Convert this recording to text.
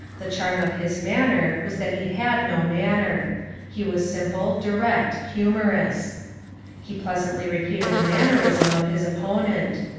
the charm of his manner was that he had no manner he was sim ple, direct, humorous he pleasantly repeated a mannerism of his opponent,